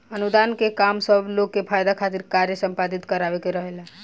अनुदान के काम सब लोग के फायदा खातिर कार्य संपादित करावे के रहेला